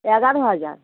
এগারো হাজার